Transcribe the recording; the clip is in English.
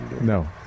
No